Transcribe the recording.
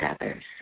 others